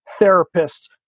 therapists